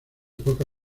poca